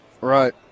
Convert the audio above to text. right